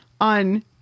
on